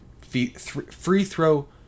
free-throw